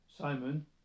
Simon